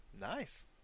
Nice